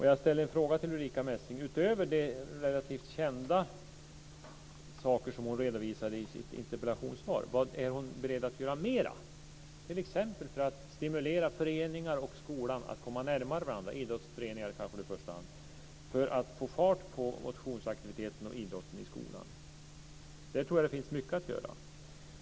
Jag ställer en fråga till Ulrica Messing: Utöver de relativt kända saker hon redovisade i sitt interpellationssvar, vad är hon beredd att göra mer för att t.ex. stimulera i första hand idrottsföreningar och skolan att komma närmare varandra för att få fart på motionsaktiviteterna och idrotten i skolan? Där finns det mycket att göra.